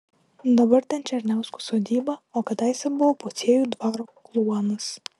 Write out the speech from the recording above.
dabar ten černiauskų sodyba o kadaise buvo pociejų dvaro kluonas